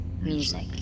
music